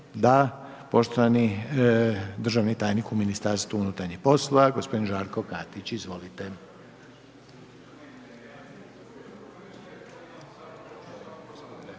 Da. Poštovani državni tajnik u ministarstvu unutarnjih poslova gospodin Žarko Katić. Izvolite.